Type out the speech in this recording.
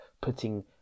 putting